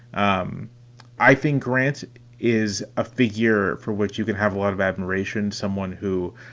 um i think grant is a figure for which you can have a lot of admiration. someone who,